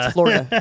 Florida